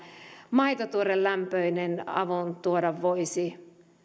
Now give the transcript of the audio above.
maito tuore lämpöinen avun tuoda voisi